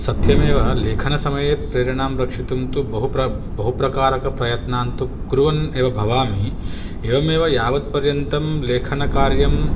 सत्यमेव लेखनसमये प्रेरणां रक्षितुं तु बहुप्र बहुप्रकारकप्रयत्नां तु कुर्वन्नेव भवामि एवमेव यावत्पर्यन्तं लेखनकार्यं